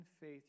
faith